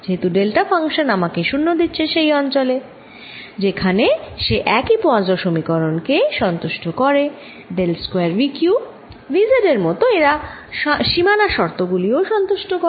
যেহেতু delta function আমাকে 0 দিচ্ছে সেই অঞ্চলে যেখানে সে একই পোয়াসোঁ সমীকরণ কে সন্তুষ্ট করে del square V q V z এর মত এরা সীমানা শর্ত গুলিও সন্তুষ্ট করে